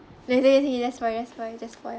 later he just spoil just spoil just spoil